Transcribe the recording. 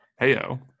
Heyo